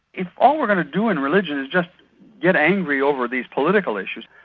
if all we're going to do in religion is just get angry over these political issues,